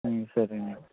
సరేనండి